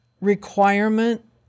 requirement